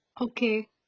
Okay